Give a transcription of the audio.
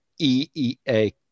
EEA